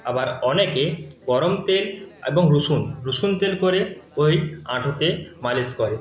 আবার অনেকে গরম তেল এবং রসুন রসুন তেল করে ওই হাঁটুতে মালিশ করে